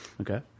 Okay